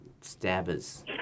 stabbers